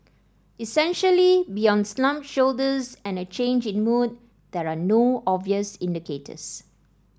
essentially beyond slumped shoulders and a change in mood there are no obvious indicators